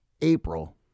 April